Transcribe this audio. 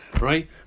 right